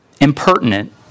impertinent